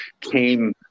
came